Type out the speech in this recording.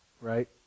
Right